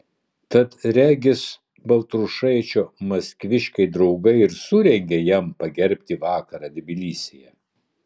tad regis baltrušaičio maskviškiai draugai ir surengė jam pagerbti vakarą tbilisyje